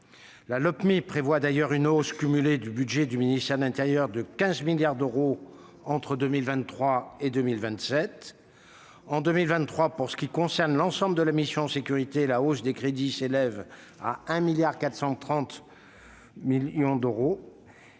de Lopmi prévoit d'ailleurs une hausse cumulée du budget du ministère de l'intérieur de 15 milliards d'euros entre 2023 et 2027. En 2023, pour ce qui concerne l'ensemble de la mission « Sécurités », la hausse des crédits s'élève à 1,43 milliard d'euros